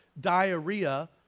diarrhea